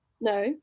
No